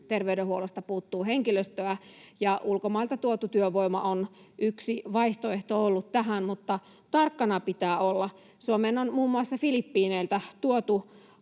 terveydenhuollosta puuttuu henkilöstöä, ja ulkomailta tuotu työvoima on ollut yksi vaihtoehto tähän, mutta tarkkana pitää olla. Suomeen on muun muassa Filippiineiltä tuotu